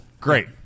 Great